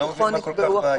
אני לא מבין מה כל כך בעיה.